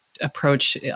approach